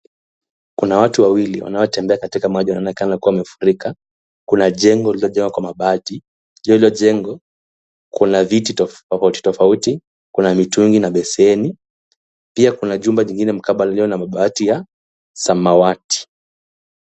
Kuna watu wawili waotembea katika maji inaonekana imefurika. kuna jengo lililo jawa kwa mabati hilo jengo. kuna vitu tofauti tofauti kuna mitungi na beseni pia kuna jumba jingine mkaba ilio na mabati ya samawati.